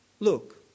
Look